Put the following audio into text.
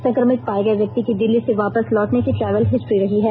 संक्रमित पाए गए व्यक्ति की दिल्ली से वापस लौटने की ट्रेवल हिस्ट्री रही है